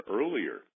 earlier